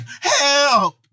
help